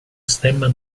stemma